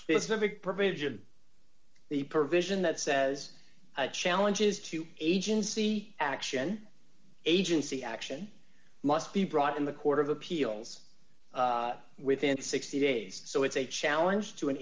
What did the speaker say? specific provision the provision that says challenges to agency action agency action must be brought in the court of appeals within sixty days so it's a challenge to an